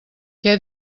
què